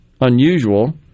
unusual